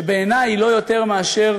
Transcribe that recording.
שבעיני היא לא יותר מאשר